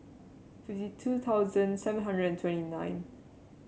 fifty two thousand seven hundred and twenty nine